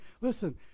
listen